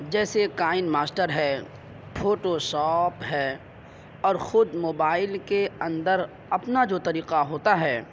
جیسے KineMaster ہے Photoshop ہے اور خود موبائل کے اندر اپنا جو طریقہ ہوتا ہے